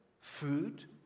food